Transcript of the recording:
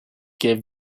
gave